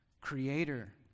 Creator